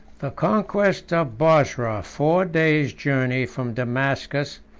the conquest of bosra, four days' journey from damascus,